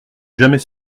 jamais